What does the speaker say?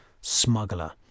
smuggler